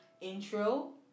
intro